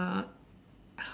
uh